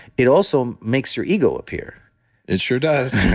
it also makes your ego appear it sure does,